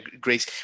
Grace